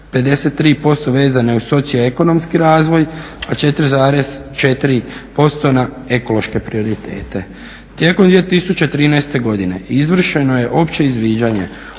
53% vezane uz socioekonomski razvoj, a 4,4% na ekološke prioritete. Tijekom 2013. godine izvršeno je opće izviđanje